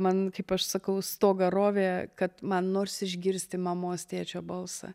man kaip aš sakau stogą rovė kad man nors išgirsti mamos tėčio balsą